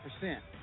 percent